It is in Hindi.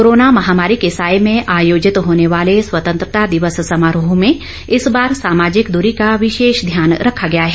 कोरोना महामारी के सायं में आयोजित होने वाले स्वतंत्रता दिवस समारोह में इस बार सामाजिक दूरी का विशेष ध्यान रखा गया है